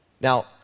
Now